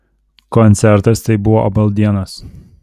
koncertas tai buvo abaldienas